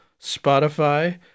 Spotify